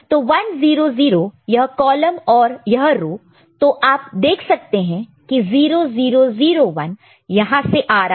तो 1 0 0 यह कॉलम और यह रो तो आप देख सकते हैं कि 0 0 0 1 यहां से आ रहा है